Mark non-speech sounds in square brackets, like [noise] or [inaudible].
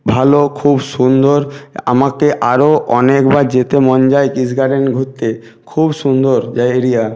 ভালো খুব সুন্দর আমাকে আরও অনেকবার যেতে মন যায় কৃষ গার্ডেন ঘুরতে খুব সুন্দর [unintelligible] এরিয়া